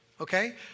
okay